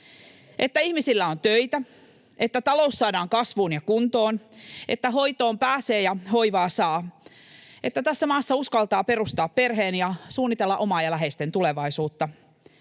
että ihmisillä on töitä, että talous saadaan kasvuun ja kuntoon, että hoitoon pääsee ja hoivaa saa, että tässä maassa uskaltaa perustaa perheen ja suunnitella omaa ja läheisten tulevaisuutta?